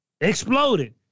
exploded